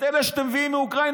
את אלה שאתם מביאים מאוקראינה,